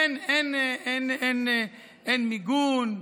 אין מיגון.